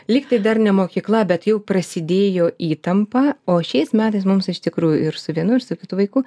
lyg tai dar ne mokykla bet jau prasidėjo įtampa o šiais metais mums iš tikrųjų ir su vienu ir su kitu vaiku